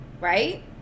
right